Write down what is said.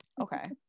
okay